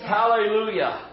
Hallelujah